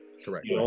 Correct